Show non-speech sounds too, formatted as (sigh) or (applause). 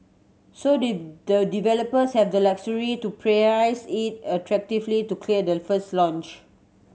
so the the developers have the luxury to (unintelligible) it attractively to clear the first launch